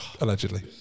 allegedly